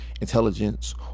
intelligence